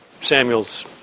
Samuel's